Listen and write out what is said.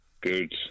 Good